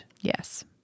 Yes